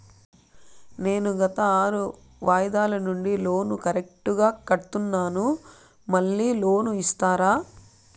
నేను గత ఆరు వాయిదాల నుండి లోను కరెక్టుగా కడ్తున్నాను, మళ్ళీ లోను ఇస్తారా?